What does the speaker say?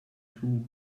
two